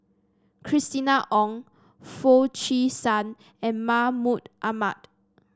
Christina Ong Foo Chee San and Mahmud Ahmad